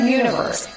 universe